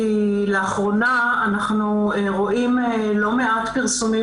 כי לאחרונה אנחנו רואים לא מעט פרסומים,